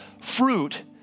fruit